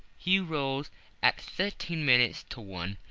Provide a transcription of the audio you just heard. he rose at thirteen minutes to one,